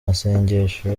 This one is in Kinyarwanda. masengesho